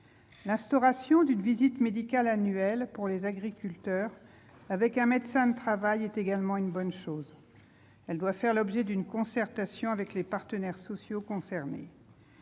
L'instauration d'une visite médicale annuelle pour les agriculteurs avec un médecin du travail est également une bonne chose. Elle doit faire l'objet d'une concertation avec les partenaires sociaux concernés.